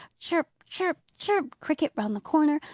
chirp, chirp, chirp! cricket round the corner.